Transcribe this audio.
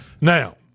Now